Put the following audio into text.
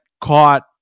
caught